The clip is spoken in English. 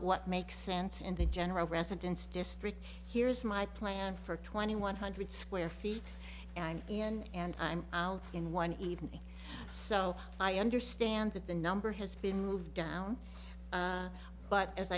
what makes sense in the general residence district here's my plan for twenty one hundred square feet in and i'm out in one evening so i understand that the number has been moved down but as